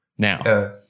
Now